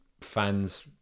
fans